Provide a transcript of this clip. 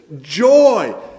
Joy